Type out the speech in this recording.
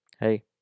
Hey